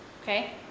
Okay